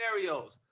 scenarios